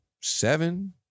seven